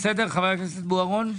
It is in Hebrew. בסדר, חבר הכנסת בוארון?